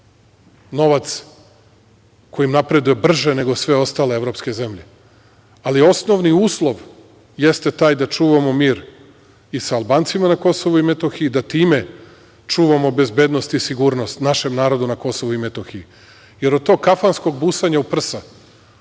novac kojim napredujem brže nego sve ostale evropske zemlje, ali osnovni uslov jeste taj da čuvamo mir i sa Albancima na Kosovu i Metohiji, da time čuvamo bezbednost i sigurnost našem narodu na Kosovu i Metohiji, jer od tog kafanskog busanja u prsa